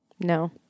No